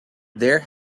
there